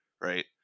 right